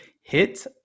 hit